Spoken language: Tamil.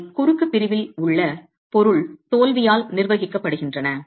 அவை குறுக்கு பிரிவில் உள்ள பொருள் தோல்வியால் நிர்வகிக்கப்படுகின்றன